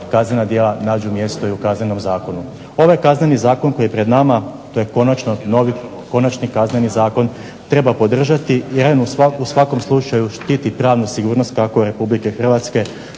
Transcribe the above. kaznena djela nađu mjestu u kaznenom zakonu. Ovaj Kazneni zakon koji je pred nama to je novi konačni Kazneni zakon i treba podržati jer on u svakom slučaju štiti pravnu sigurnost Republike Hrvatske